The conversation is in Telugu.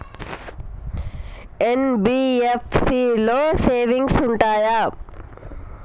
ఎన్.బి.ఎఫ్.సి లో సేవింగ్స్ ఉంటయా?